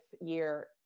year